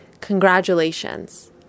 Congratulations